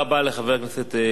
חבר הכנסת גאלב מג'אדלה,